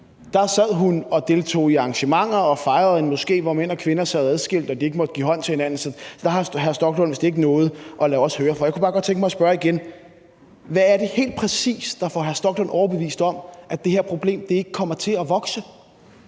i Roskilde, deltog i arrangementer og i fejringen af en moské, hvor mænd og kvinder sad adskilt og ikke måtte give hånd til hinanden. Så der har hr. Stoklund vist ikke noget at lade os høre for. Jeg kunne bare godt tænke mig at spørge igen: Hvad er det helt præcist, der får hr. Stoklund overbevist om, at det her problem ikke kommer til at vokse?